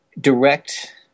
direct